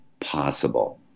possible